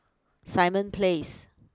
Simon place